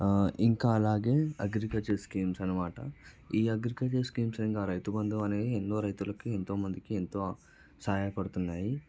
ఇంకా అలాగే agriculture schemes అన్నమాట ఈ అగ్రికల్చర్ స్కీమ్ క్రింద రైతుబంధు అనీ ఎన్నో రైతులకి ఎంతో మందికి ఎంతో సహాయపడుతున్నాయి